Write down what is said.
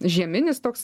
žieminis toks